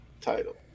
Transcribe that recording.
title